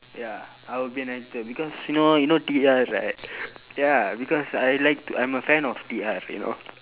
ya I would be an actor because you know you know T R right ya because I like I'm a fan of T R you know